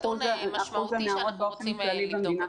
נתון משמעותי שאנחנו רוצים לבדוק אותו.